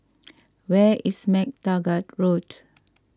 where is MacTaggart Road